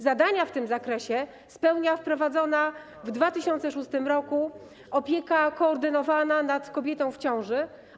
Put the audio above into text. Zadania w tym zakresie realizuje wprowadzona w 2006 r. opieka koordynowana nad kobietą w ciąży.